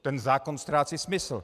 Ten zákon ztrácí smysl.